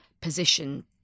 position